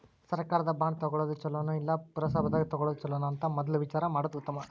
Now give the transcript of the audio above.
ಸರ್ಕಾರದ ಬಾಂಡ ತುಗೊಳುದ ಚುಲೊನೊ, ಇಲ್ಲಾ ಪುರಸಭಾದಾಗ ತಗೊಳೊದ ಚುಲೊನೊ ಅಂತ ಮದ್ಲ ವಿಚಾರಾ ಮಾಡುದ ಉತ್ತಮಾ